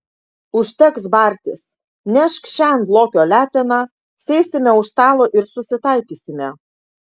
užteks bartis nešk šen lokio leteną sėsime už stalo ir susitaikysime